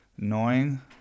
annoying